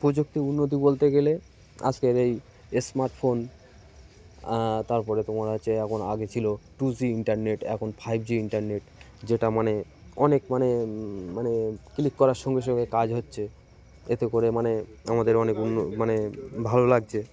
প্রযুক্তি উন্নতি বলতে গেলে আজকের এই স্মার্টফোন তার পরে তোমার আছে এখন আগে ছিল টু জি ইন্টারনেট এখন ফাইভ জি ইন্টারনেট যেটা মানে অনেক মানে মানে ক্লিক করার সঙ্গে সঙ্গে কাজ হচ্ছে এতে করে মানে আমাদের অনেক উন মানে ভালো লাগছে